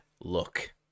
look